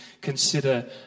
consider